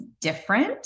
different